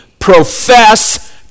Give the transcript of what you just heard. profess